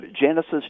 Genesis